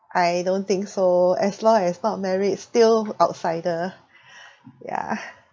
I don't think so as long as not married still outsider yeah